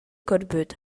көрбүт